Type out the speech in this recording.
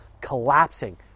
collapsing